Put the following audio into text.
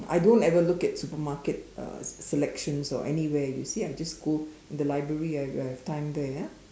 I don't ever look at supermarket uh selections or anywhere you see I just go in the library I where I have time there ya